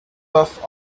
off